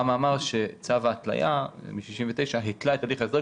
רמ"א אמר שצו ההתליה מ-1969 התלה את הליך ההסדר,